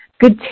good